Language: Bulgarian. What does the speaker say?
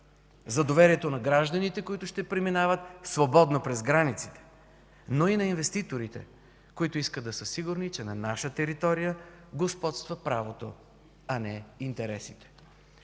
За доверието на гражданите, които ще преминават свободно през границите, но и на инвеститорите, които искат да са сигурни, че на наша територия господства правото, а не интересите.